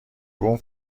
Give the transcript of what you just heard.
بوم